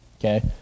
okay